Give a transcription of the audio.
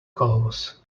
cause